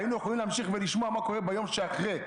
היינו יכולים להמשיך ולשמוע מה קורה ביום שאחרי,